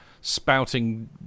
spouting